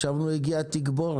אתה יזמת את הדיון,